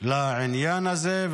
לעניין הזה.